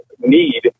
need